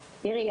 תראי,